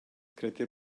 credir